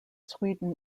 sweden